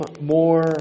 more